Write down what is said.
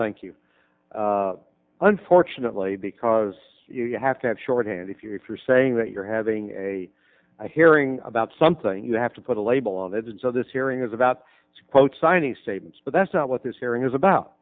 thank you unfortunately because you have to have shorthand if you're if you're saying that you're having a hearing about something you have to put a label on it and so this hearing is about quote signing statements but that's not what this hearing is about